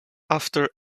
after